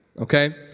okay